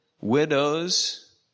widows